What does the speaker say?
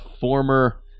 former